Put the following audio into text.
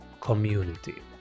community